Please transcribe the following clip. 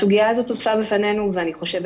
הסוגייה הזאת הוצפה בפנינו ואני חושבת